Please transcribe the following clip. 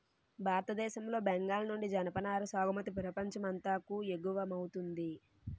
భారతదేశం లో బెంగాల్ నుండి జనపనార సాగుమతి ప్రపంచం అంతాకు ఎగువమౌతుంది